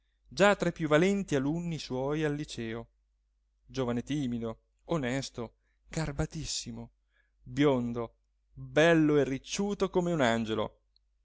già tra i più valenti alunni suoi al liceo giovane timido onesto garbatissimo biondo bello e ricciuto come un angelo